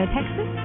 Texas